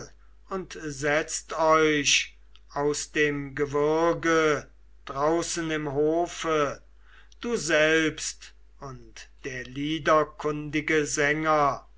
und setzt euch aus dem gewürge draußen im hofe du selbst und der liederkundige sänger